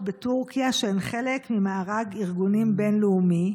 בטורקיה שהן חלק ממארג ארגונים בין-לאומי,